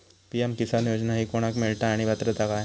PM Kisan Yojana ही कोणाक मिळता आणि पात्रता काय?